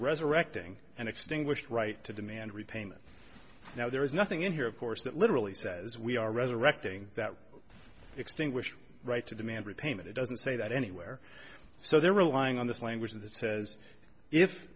resurrecting and extinguished right to demand repayment now there is nothing in here of course that literally says we are resurrecting that extinguish right to demand repayment it doesn't say that anywhere so they're relying on this language that says if